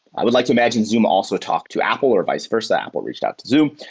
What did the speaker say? i would like to imagine, zoom also talked to apple or vice versa, apple reached out to zoom.